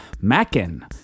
Mackin